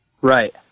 Right